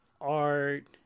art